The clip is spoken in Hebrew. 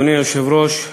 אדוני היושב-ראש,